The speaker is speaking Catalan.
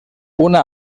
una